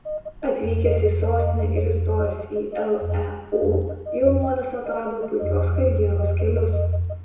atvykęs į sostinę ir įstojęs į leu jaunuolis atrado puikios karjeros kelius